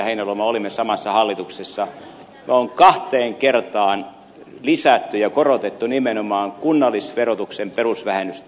heinäluoma olimme samassa hallituksessa on kahteen kertaan lisätty ja korotettu nimenomaan kunnallisverotuksen perusvähennystä